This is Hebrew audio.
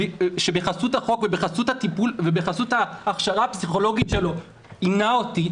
בחסות החוק ובחסות הטיפול ובחסות ההכשרה הפסיכולוגית שלו עינה אותי.